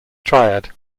triad